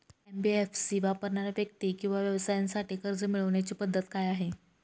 NBFC वापरणाऱ्या व्यक्ती किंवा व्यवसायांसाठी कर्ज मिळविण्याची पद्धत काय आहे?